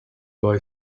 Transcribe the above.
boy